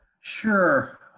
Sure